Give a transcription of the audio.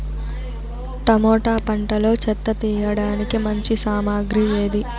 Tomato పంటలో చెత్త తీయడానికి మంచి సామగ్రి ఏది?